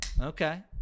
okay